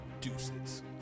Deuces